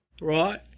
Right